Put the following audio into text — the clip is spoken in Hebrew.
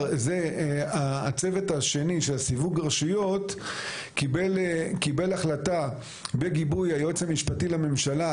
הצוות השני של סיווג רשויות קיבל החלטה בגיבוי היועץ המשפטי לממשלה,